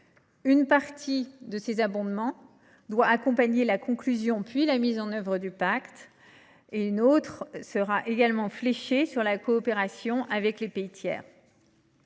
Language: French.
Une partie de ces abondements doit accompagner la conclusion, puis la mise en œuvre du pacte, tandis que des financements seront également fléchés vers la coopération avec les pays tiers.